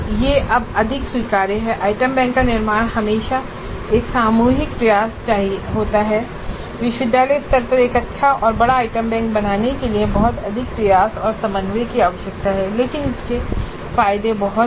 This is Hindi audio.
यह अब अधिक स्वीकार्य है और आइटम बैंक का निर्माण हमेशा एक सामूहिक प्रयास होना चाहिए और विश्वविद्यालय स्तर पर एक अच्छा और बड़ा आइटम बैंक बनाने के लिए बहुत अधिक प्रयास और समन्वय की आवश्यकता है लेकिन इसके फायदे बहुत हैं